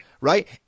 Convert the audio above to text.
right